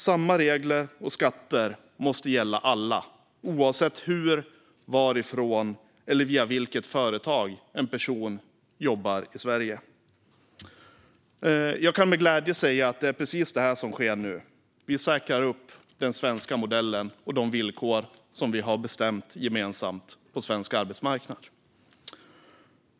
Samma regler och skatter måste gälla alla, oavsett hur, varifrån eller via vilket företag en person jobbar i Sverige. Jag kan med glädje säga att det är precis detta som nu sker. Vi säkrar upp den svenska modellen och de villkor som vi har bestämt gemensamt på svensk arbetsmarknad.